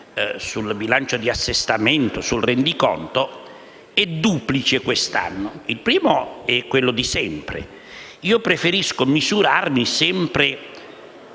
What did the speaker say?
sul bilancio di Assestamento e sul Rendiconto è duplice quest'anno. Il primo è quello di sempre: preferisco misurarmi sempre